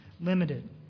limited